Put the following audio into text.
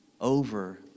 over